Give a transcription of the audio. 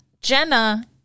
jenna